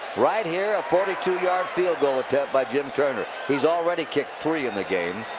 right here, a forty two yard field-goal attempt by jim turner. he's already kicked three in the game.